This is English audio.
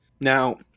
Now